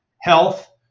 health